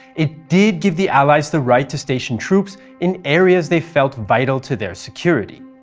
it did give the allies the right to station troops in areas they felt vital to their security.